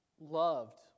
loved